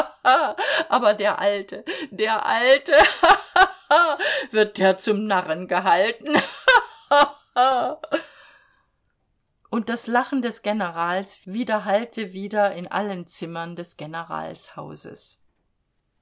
aber der alte der alte ha ha ha ha wird der zum narren gehalten ha ha ha ha und das lachen des generals widerhallte wieder in allen zimmern des